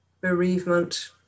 bereavement